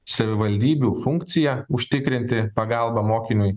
savivaldybių funkcija užtikrinti pagalbą mokiniui